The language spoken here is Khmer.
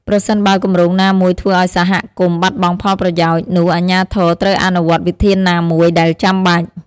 ប្រសិនបើគម្រោងណាមួយធ្វើឱ្យសហគមន៍បាត់បង់ផលប្រយោជន៍ នោះអាជ្ញាធរត្រូវអនុវត្តវិធានណាមួយដែលចាំបាច់។